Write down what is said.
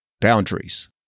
Boundaries